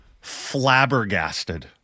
flabbergasted